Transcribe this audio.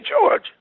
George